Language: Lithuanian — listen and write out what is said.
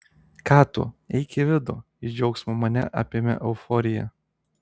ką tu eik į vidų iš džiaugsmo mane apėmė euforija